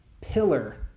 pillar